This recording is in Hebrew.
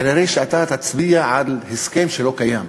כנראה תצביע על הסכם שלא קיים.